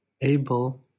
able